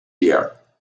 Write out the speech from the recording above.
year